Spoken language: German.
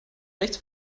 rechts